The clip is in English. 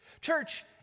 Church